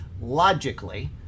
logically